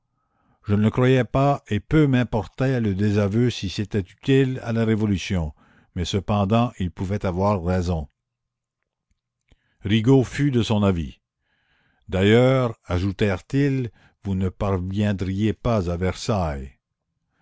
je ne le croyais pas et peu m'importait le désaveu si c'était utile à la révolution mais cependant il pouvait avoir raison rigaud fut de son avis d'ailleurs ajoutèrent-ils vous ne parviendriez pas à versailles